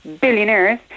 billionaires